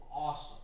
awesome